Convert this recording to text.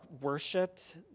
worshipped